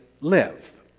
live